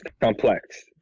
complex